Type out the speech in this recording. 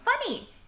funny